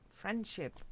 friendship